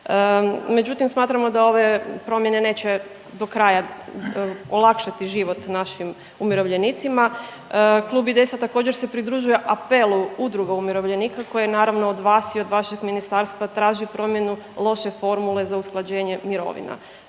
međutim smatramo da ove promjene neće do kraja olakšati život našim umirovljenicima. Klub IDS-a također se pridružuje apelu Udruga umirovljenika koje naravno od vas i od vašeg ministarstva traže promjenu loše formule za usklađenje mirovina.